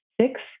six